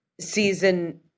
season